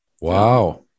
Wow